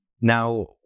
Now